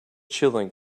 chilling